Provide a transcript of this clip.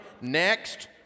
next